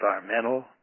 environmental